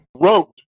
wrote